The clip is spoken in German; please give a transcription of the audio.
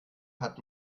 hat